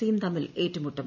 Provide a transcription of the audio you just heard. സിയും തമ്മിൽ ഏറ്റുമുട്ടും